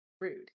rude